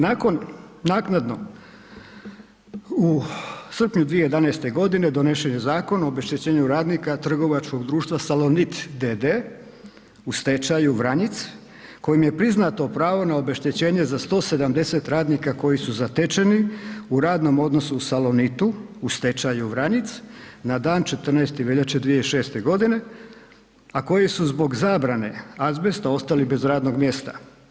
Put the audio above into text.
Nakon naknadno u srpnju 2011. g. donesen je Zakon o obeštećenju radnika trgovačkog društva Salonit d.d. u stečaju Vranjic, kojim je priznato pravo na obeštećenje za 170 radnika koji su zatečeni u radnom odnosu u Salonitu u stečaju Vranjic na dan 14. veljače 2006. g., a koji su zbog zabrane azbesta ostali bez radnog mjesta.